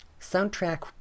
Soundtrack